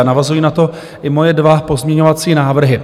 Navazují na to moje dva pozměňovací návrhy.